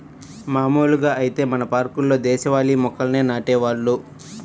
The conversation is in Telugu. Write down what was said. మాములుగా ఐతే మన పార్కుల్లో దేశవాళీ మొక్కల్నే నాటేవాళ్ళు